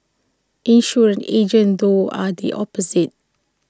insurance agents though are the opposite